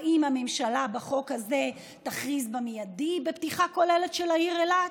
האם הממשלה תכריז בחוק הזה במיידי על פתיחה כוללת של העיר אילת?